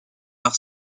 par